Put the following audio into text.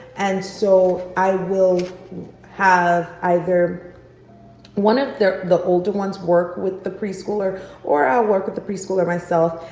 and so i will have either one of the the older ones work with the preschooler or i'll work with the preschooler myself.